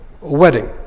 wedding